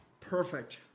perfect